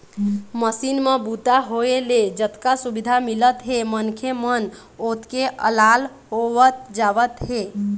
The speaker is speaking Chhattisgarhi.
मसीन म बूता होए ले जतका सुबिधा मिलत हे मनखे मन ओतके अलाल होवत जावत हे